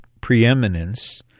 preeminence